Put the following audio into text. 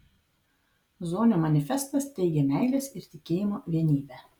zonio manifestas teigia meilės ir tikėjimo vienybę